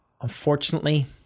Unfortunately